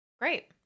great